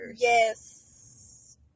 yes